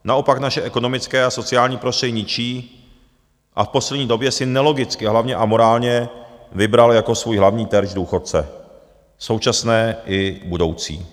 Naopak naše ekonomické a sociální prostředí ničí a v poslední době si nelogicky a hlavně amorálně vybrala jako svůj hlavní terč důchodce, současné i budoucí.